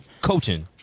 Coaching